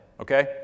okay